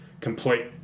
complete